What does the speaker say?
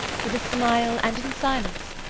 with a smile and in silence,